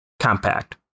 Compact